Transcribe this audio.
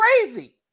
crazy